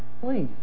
please